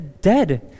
dead